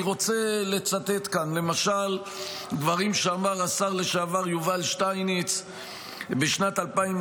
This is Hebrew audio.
אני רוצה לצטט כאן למשל דברים שאמר השר לשעבר יובל שטייניץ בשנת 2008: